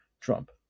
Trump